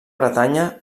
bretanya